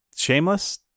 shameless